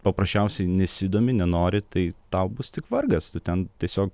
paprasčiausiai nesidomi nenori tai tau bus tik vargas tu ten tiesiog